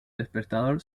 despertador